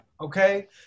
okay